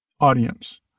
audience